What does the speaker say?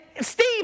Steve